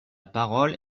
parole